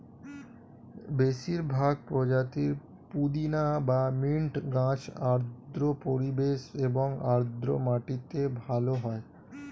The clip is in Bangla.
বেশিরভাগ প্রজাতির পুদিনা বা মিন্ট গাছ আর্দ্র পরিবেশ এবং আর্দ্র মাটিতে ভালো হয়